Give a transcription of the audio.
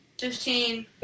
Fifteen